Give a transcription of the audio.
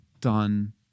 done